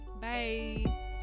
bye